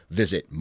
visit